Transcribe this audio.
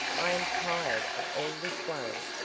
i am tired of all this worry,